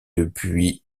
depuis